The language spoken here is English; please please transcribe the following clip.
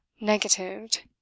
negatived